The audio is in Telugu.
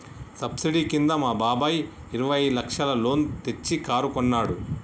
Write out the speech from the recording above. సబ్సిడీ కింద మా బాబాయ్ ఇరవై లచ్చల లోన్ తెచ్చి కారు కొన్నాడు